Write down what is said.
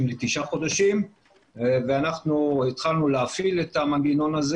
לתשעה חודשים ואנחנו התחלנו להפעיל את המנגנון הזה